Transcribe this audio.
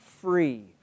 free